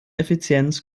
effizienz